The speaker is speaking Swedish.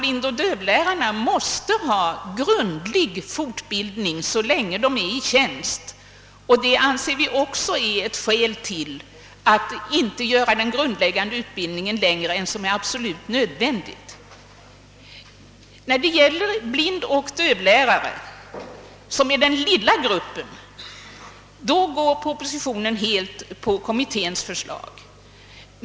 Blindoch dövlärarna måste alltså ha grundlig fortbildning så länge de är i tjänst. Det anser vi också vara ett skäl till att inte göra den grundläggande utbildningen längre än vad som är absolut nödvändigt. Beträffande blindoch dövlärare, som är den lilla gruppen, följer propositionen helt kommitténs förslag.